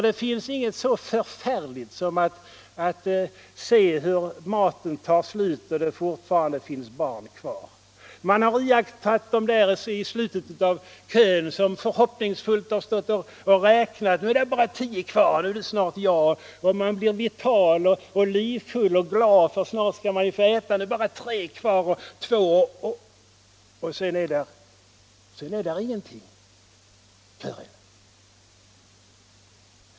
Det finns ingenting så förfärligt som att se maten ta slut när det fortfarande finns hungriga barn kvar i kön. Man kan iakta dem som står i slutet av kön och som förhoppningsfullt har stått och räknat: Nu är det bara tio kvar före mig, nu är det snart min tur! Och de blir upprymda och hoppfulla ju närmre gröthoarna kommer, snart skall de ju få äta. Nu är det bara tre före, och två — och nu. Men just då är gröten slut.